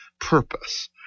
purpose